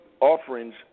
offerings